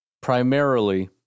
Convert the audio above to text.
primarily